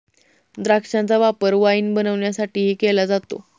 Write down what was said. द्राक्षांचा वापर वाईन बनवण्यासाठीही केला जातो